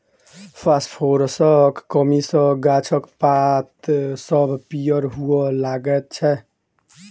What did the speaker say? फासफोरसक कमी सॅ गाछक पात सभ पीयर हुअ लगैत छै